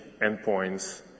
endpoints